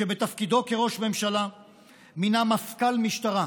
שבתפקידו כראש ממשלה מינה מפכ"ל משטרה.